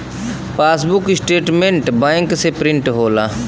passbook statement bank से print होला